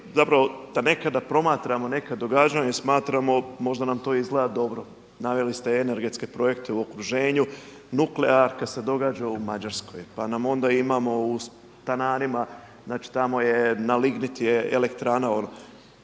zapravo da nekada promatramo neka događanja i smatramo možda nam to izgleda dobro, naveli ste energetske projekte u okruženju, nuklearka se događa u Mađarskoj. Pa onda imamo u …/Govornik se ne razumije./…, znači tamo na